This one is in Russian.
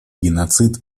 геноцид